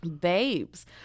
babes